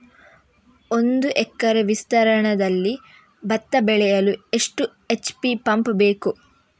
ಒಂದುಎಕರೆ ವಿಸ್ತೀರ್ಣದಲ್ಲಿ ಭತ್ತ ಬೆಳೆಯಲು ಎಷ್ಟು ಎಚ್.ಪಿ ಪಂಪ್ ಬೇಕು?